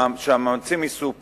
שהמאמצים יישאו פרי.